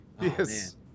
yes